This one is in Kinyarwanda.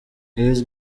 luis